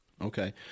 Okay